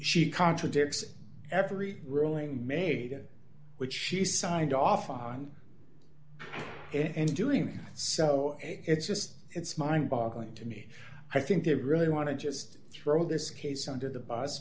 she contradicts every ruling made which she signed off on in doing so it's just it's mind boggling to me i think they really want to just throw this case under the bus